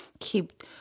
Keep